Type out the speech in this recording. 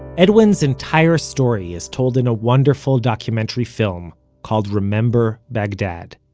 edwin's entire story is told in a wonderful documentary film called remember baghdad.